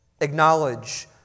Acknowledge